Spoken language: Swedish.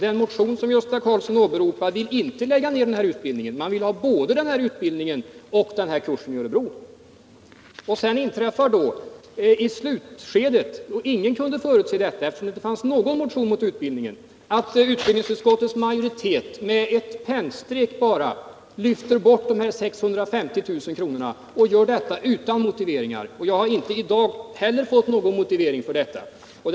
Den motion som Gösta Karlsson åberopar har inte velat lägga ned denna utbildning. Man vill ha både den och kursen i Örebro. Så inträffar då i slutskedet, vilket ingen kunde förutse eftersom det inte fanns någon motion mot utbildningen, att utbildningsutskottets majoritet med ett pennstreck lyfter bort dessa 650 000 kr. Och den gör detta utan motivering. Jag har inte heller i dag fått någon motivering härför.